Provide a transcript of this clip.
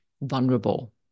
vulnerable